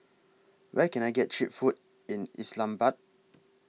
Where Can I get Cheap Food in Islamabad